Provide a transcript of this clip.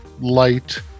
light